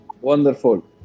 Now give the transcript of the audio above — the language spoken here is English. wonderful